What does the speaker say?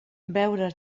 beure